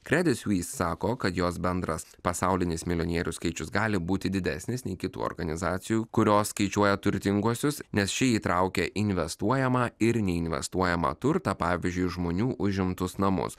kredisuis sako kad jos bendras pasaulinis milijonierių skaičius gali būti didesnis nei kitų organizacijų kurios skaičiuoja turtinguosius nes ši įtraukia investuojamą ir neinvestuojamą turtą pavyzdžiui žmonių užimtus namus